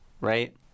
right